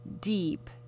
deep